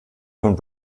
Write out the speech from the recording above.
von